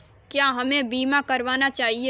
क्या हमें बीमा करना चाहिए?